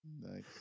Nice